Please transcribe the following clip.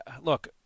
look